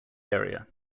area